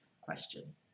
question